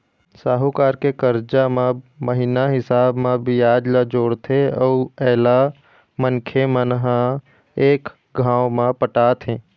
साहूकार के करजा म महिना हिसाब म बियाज ल जोड़थे अउ एला मनखे मन ह एक घांव म पटाथें